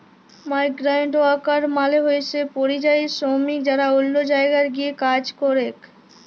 migrant worker মালে হইসে পরিযায়ী শ্রমিক যারা অল্য জায়গায় গিয়ে কাজ করেক